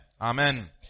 Amen